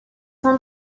sans